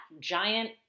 giant